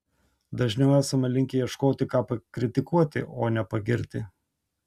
dažniau esame linkę ieškoti ką pakritikuoti o ne pagirti